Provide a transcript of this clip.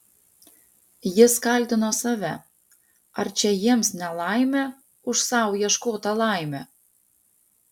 jis kaltino save ar čia jiems nelaimė už sau ieškotą laimę